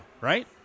right